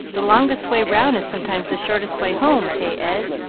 the longest way round is sometimes the shortest way home, hey, ed?